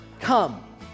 come